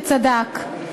וצדק.